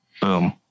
Boom